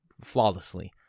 flawlessly